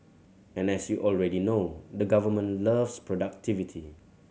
and as you already know the government loves productivity